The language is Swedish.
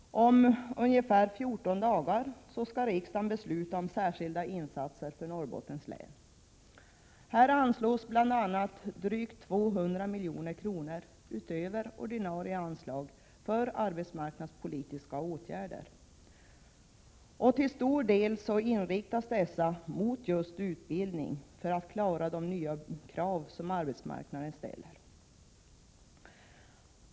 Om ungefär 14 dagar skall riksdagen besluta om särskilda insatser för Norrbottens län, bl.a. drygt 200 milj.kr. utöver ordinarie anslag för arbetsmarknadspolitiska åtgärder. Till stor del inriktas dessa på utbildning för att arbetsmarknadens krav skall kunna uppfyllas.